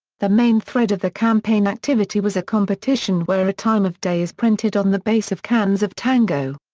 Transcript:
the main thread of the campaign activity was a competition where a time of day is printed on the base of cans of tango.